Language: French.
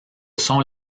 sont